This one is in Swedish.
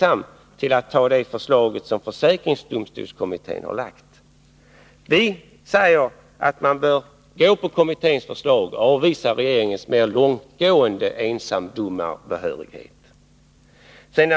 att anta det förslag som försäkringsdomstolskommittén har lagt fram. Vi säger att man bör följa kommitténs förslag och avvisa regeringens mera långtgående ensamdomarbehörighet.